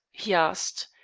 he asked,